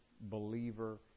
believer